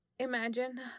imagine